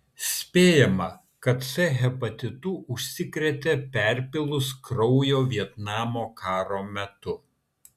spėjama kad c hepatitu užsikrėtė perpylus kraujo vietnamo karo metu